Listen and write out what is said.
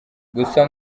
gusa